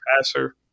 passer